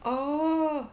oh